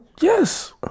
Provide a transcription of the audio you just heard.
Yes